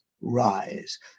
rise